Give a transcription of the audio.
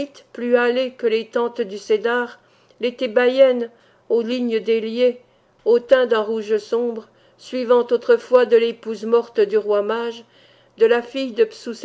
plus hâlées que les tentes du cédar les thébaïennes aux lignes déliées au teint d'un rouge sombre suivantes autrefois de l'épouse morte du roi mage de la fille de